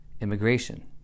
immigration